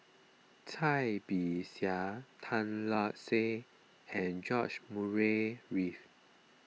Cai Bixia Tan Lark Sye and George Murray Reith